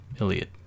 Iliad